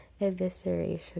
evisceration